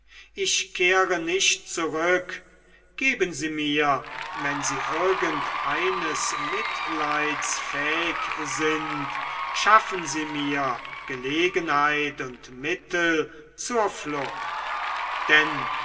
ich kehre nicht zurück geben sie mir wenn sie irgendeines mitleids fähig sind schaffen sie mir gelegenheit und mittel zur flucht denn